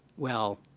well,